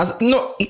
No